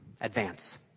advance